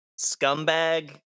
scumbag